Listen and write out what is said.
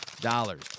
dollars